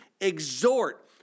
exhort